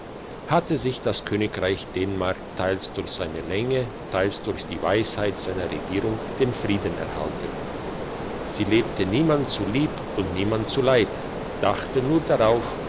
hatte sich das königreich dänemark teils durch seine lage teils durch die weisheit seiner regierung den frieden erhalten sie lebte niemand zu lieb und niemand zu leid dachte nur darauf